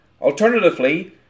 Alternatively